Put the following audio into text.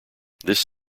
this